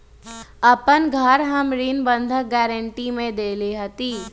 अपन घर हम ऋण बंधक गरान्टी में देले हती